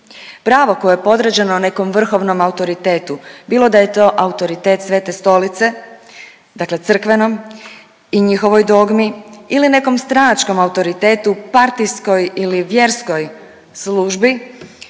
Pravo koje je podređeno nekom vrhovnom autoritetu, bilo da je to autoritet Svete Stolice, dakle crkvenom i njihovoj dogmi ili nekom stranačkom autoritetu, partijskoj ili vjerskoj službi,